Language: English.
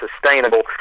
sustainable